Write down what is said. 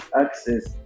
access